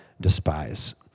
despise